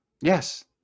Yes